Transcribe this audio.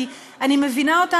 אני מבינה אותה,